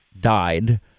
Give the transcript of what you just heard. died